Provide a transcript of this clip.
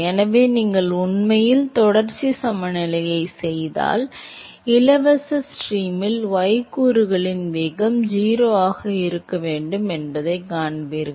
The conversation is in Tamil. எனவே நீங்கள் உண்மையில் தொடர்ச்சி சமநிலையைச் செய்தால் இலவச ஸ்ட்ரீமில் y கூறுகளின் வேகம் 0 ஆக இருக்க வேண்டும் என்பதைக் காண்பீர்கள்